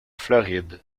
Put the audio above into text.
floride